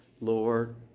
Lord